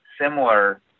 similar